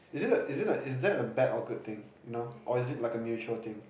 is it is it is that a bad or good thing you know or is it like a neutral thing